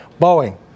Boeing